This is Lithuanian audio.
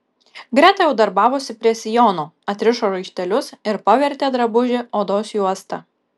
greta jau darbavosi prie sijono atrišo raištelius ir pavertė drabužį odos juosta